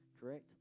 Correct